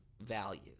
value